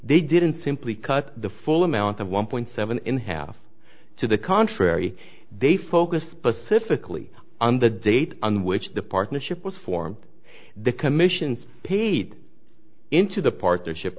they didn't simply cut the full amount of one point seven in half to the contrary they focused specifically on the date on which the partnership was formed the commissions paid into the partnership